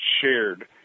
shared